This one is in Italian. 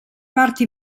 parti